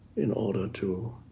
in order to